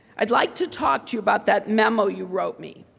i'd like to talk to you about that memo you wrote me.